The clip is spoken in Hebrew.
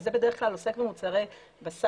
וזה בדרך כלל עוסק במוצרי בשר,